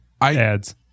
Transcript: ads